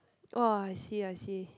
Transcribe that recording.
!woah! I see I see